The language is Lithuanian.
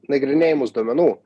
nagrinėjamus duomenų